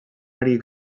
ari